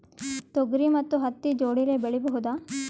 ತೊಗರಿ ಮತ್ತು ಹತ್ತಿ ಜೋಡಿಲೇ ಬೆಳೆಯಬಹುದಾ?